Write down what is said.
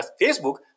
Facebook